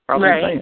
Right